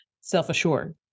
self-assured